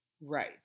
Right